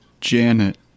Janet